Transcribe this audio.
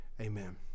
Amen